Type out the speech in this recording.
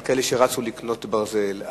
על כאלה שרצו לקנות ברזל,